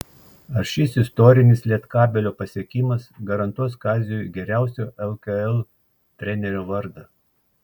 ar šis istorinis lietkabelio pasiekimas garantuos kaziui geriausio lkl trenerio vardą